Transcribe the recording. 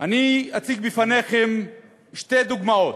אני אציג בפניכם שתי דוגמאות.